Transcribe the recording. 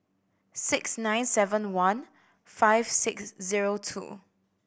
six nine seven one five six zero two